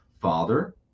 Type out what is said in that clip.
father